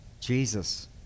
Jesus